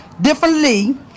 differently